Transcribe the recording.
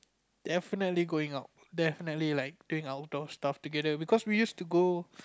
definitely going out definitely like doing outdoor stuff together because we used to go